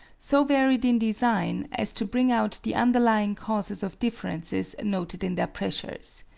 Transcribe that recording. so varied in design as to bring out the underlying causes of differences noted in their pressures.